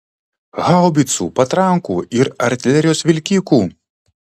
haubicų patrankų ir artilerijos vilkikų